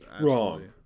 Wrong